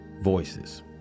voices